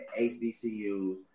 HBCUs